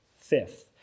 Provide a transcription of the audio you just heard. Fifth